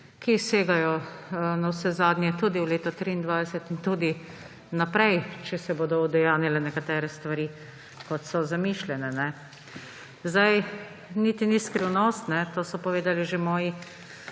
ki segajo nenazadnje tudi v leto 2023 in tudi naprej, če se bodo udejanjile nekatere stvari, kot so zamišljene. Niti ni skrivnost, to so povedali že moji